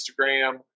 Instagram